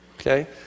Okay